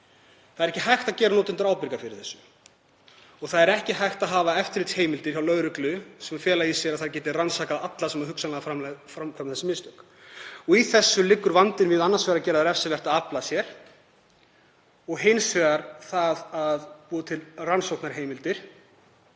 Það er ekki hægt að gera notendur ábyrga fyrir þessu. Það er ekki hægt að hafa eftirlitsheimildir hjá lögreglu sem fela í sér að hún geti rannsakað alla sem hugsanlega gera þessi mistök. Í þessu liggur vandinn við annars vegar það að gera það refsivert að afla sér, eins og það er orðað, og hins vegar það að búa til rannsóknarheimildir